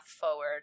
forward